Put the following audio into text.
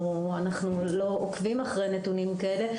או שאנחנו לא עוקבים אחרי נתונים כאלה,